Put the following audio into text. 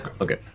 Okay